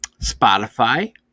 Spotify